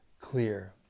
clear